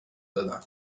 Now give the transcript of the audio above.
دادم